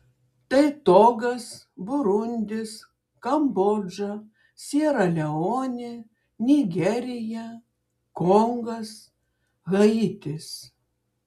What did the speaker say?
tai togas burundis kambodža siera leonė nigerija kongas haitis